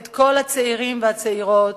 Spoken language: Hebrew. כל הצעירים והצעירות,